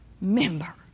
member